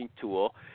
tool